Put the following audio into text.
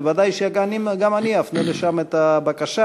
ודאי שגם אני אפנה לשם את הבקשה.